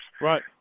Right